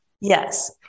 Yes